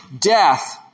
death